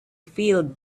feel